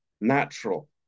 natural